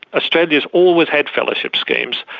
australia has always had fellowship schemes,